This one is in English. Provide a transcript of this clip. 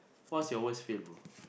what's your fail brother